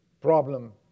problem